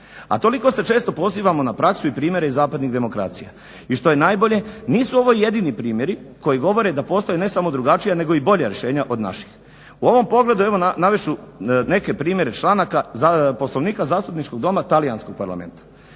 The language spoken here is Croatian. A toliko se često pozivamo na praksu i primjere iz zapadnih demokracija i što je najbolje nisu ovo jedini primjeri koji govore da postoje ne samo drugačija i bolja rješenja od naših. U ovom pogledu navest ću neke primjere članaka Poslovnika Zastupničkog doma talijanskog Parlamenta.